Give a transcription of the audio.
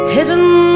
Hidden